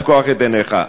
לפקוח את עיניך.